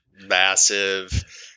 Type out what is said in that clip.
massive